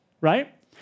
right